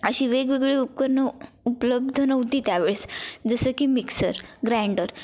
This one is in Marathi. अशी वेगवेगळी उपकरणं उपलब्ध नव्हती त्यावेळेस जसं की मिक्सर ग्राइंडर